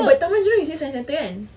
but taman jurong is near science centre kan